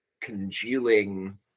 congealing